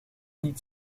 niet